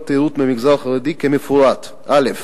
תיירות במגזר החרדי כמפורט להלן: א.